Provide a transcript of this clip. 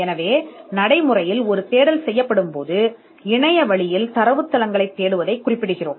எனவே நடைமுறையில் ஒரு தேடல் செய்யப்படும்போது ஆன்லைன் தரவுத்தளங்களைத் தேடுவதைக் குறிப்பிடுகிறோம்